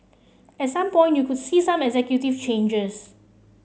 at some point you could see some executive changes